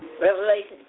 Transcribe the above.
Revelation